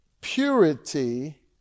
purity